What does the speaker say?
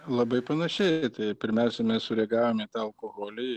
labai panašiai tai pirmiausia mes sureagavom į tą alkoholį